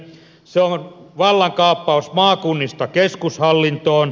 se on vallankaappaus maakunnista keskushallintoon